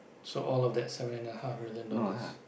so all of that seven and a half million dollars